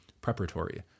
preparatory